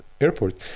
airport